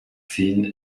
sea